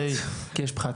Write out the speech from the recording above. כי יש פחת.